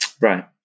Right